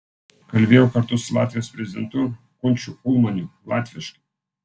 kalbėjau kartu su latvijos prezidentu gunčiu ulmaniu latviškai